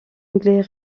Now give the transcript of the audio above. anglais